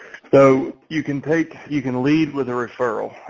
so you can take you can lead with a referral.